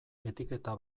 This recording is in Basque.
etiketa